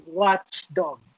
watchdog